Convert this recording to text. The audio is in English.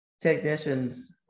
technicians